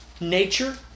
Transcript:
nature